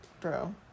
Bro